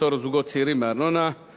פטור זוגות צעירים מארנונה),